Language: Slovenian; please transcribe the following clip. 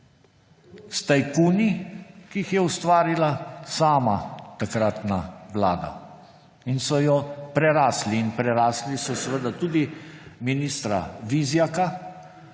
s tajkuni, ki jih je ustvarila takratna vlada, in so jo prerasli. In prerastli so seveda tudi ministra Vizjaka,